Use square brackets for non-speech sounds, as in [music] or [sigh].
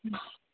[unintelligible]